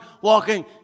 walking